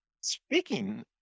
speaking